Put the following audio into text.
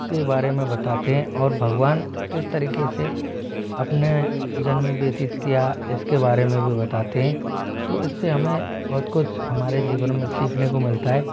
के बारे में बताते हैं और भगवान किस तरीके से अपने जन्म व्यतीत किया इसके बारे में भी बताते हैं तो इससे हमे बहुत कुछ हमारे जीवन में सीखने को मिलता है